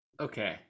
Okay